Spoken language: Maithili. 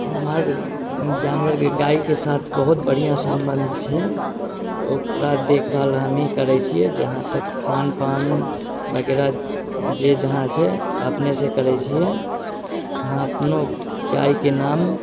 हमर जानवरके गायके साथ बहुत बढ़िआँ सम्बन्ध छै ओकरा देखभाल हमही करै छियै जहाँ तक खान पान बगैरह जे जहाँ छै अपनेसँ करै छियै हाँ अपनो गायके नाम